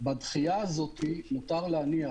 בדחייה הזו מותר להניח,